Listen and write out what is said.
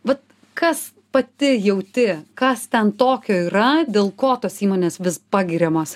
vat kas pati jauti kas ten tokio yra dėl ko tos įmonės vis pagiriamos